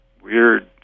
weird